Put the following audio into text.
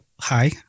hi